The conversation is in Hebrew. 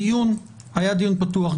הדיון היה דיון פתוח.